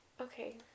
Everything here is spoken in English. Okay